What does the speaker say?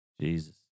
Jesus